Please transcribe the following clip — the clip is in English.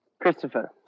Christopher